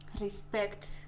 respect